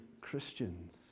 Christians